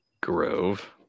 Grove